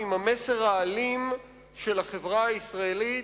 ועם המסר האלים של החברה הישראלית,